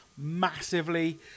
massively